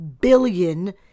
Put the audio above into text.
billion